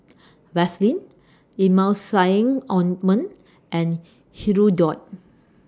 Vaselin Emulsying Ointment and Hirudoid